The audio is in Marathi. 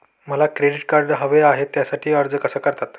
मला क्रेडिट कार्ड हवे आहे त्यासाठी अर्ज कसा करतात?